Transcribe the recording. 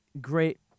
Great